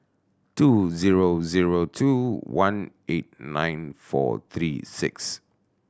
two zero zero two one eight nine four three six